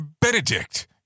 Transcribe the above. benedict